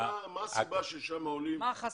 מה החסם?